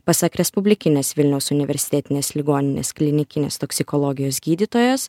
pasak respublikinės vilniaus universitetinės ligoninės klinikinės toksikologijos gydytojas